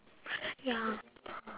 ya